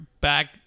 back